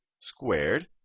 squared